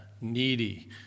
needy